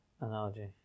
Analogy